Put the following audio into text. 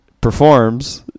performs